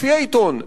לפי העיתון,